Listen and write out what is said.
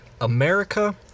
America